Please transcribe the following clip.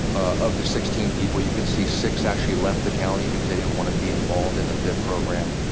of the sixteen people you can see six actually left the county because they didn't want to be involved in the fit program.